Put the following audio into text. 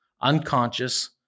unconscious